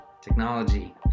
technology